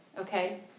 Okay